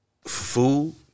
food